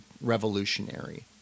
revolutionary